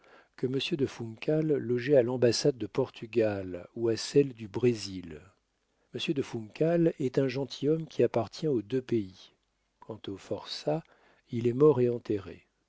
que monsieur de funcal logeait à l'ambassade de portugal ou à celle du brésil monsieur de funcal est un gentilhomme qui appartient aux deux pays quant au forçat il est mort et enterré